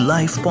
Life